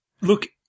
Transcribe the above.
look